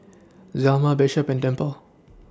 Zelma Bishop and Dimple